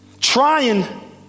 trying